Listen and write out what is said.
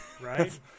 right